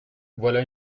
voilà